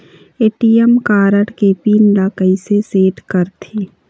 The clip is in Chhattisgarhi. ए.टी.एम कारड के पिन ला कैसे सेट करथे?